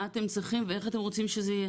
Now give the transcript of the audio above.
אתם צריכים ואיך אתם רוצים שזה יהיה"